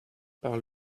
par